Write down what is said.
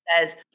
says